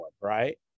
right